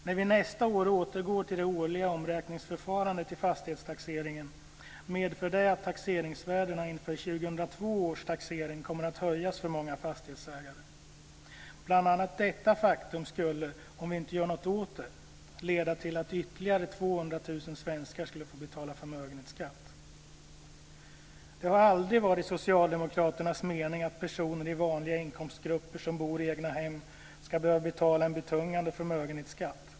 När vi nästa år återgår till det årliga omräkningsförfarandet i fastighetstaxeringen medför det att taxeringsvärdena inför 2002 års taxering kommer att höjas för många fastighetsägare. Om vi inte gör något åt det skulle bl.a. detta faktum leda till att ytterligare 200 000 svenskar skulle få betala förmögenhetsskatt. Det har aldrig varit Socialdemokraternas mening att personer i vanliga inkomstgrupper som bor i egna hem ska behöva betala en betungande förmögenhetsskatt.